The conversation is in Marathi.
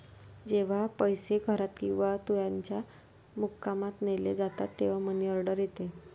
जेव्हा पैसे घरात किंवा त्याच्या मुक्कामात नेले जातात तेव्हा मनी ऑर्डर येते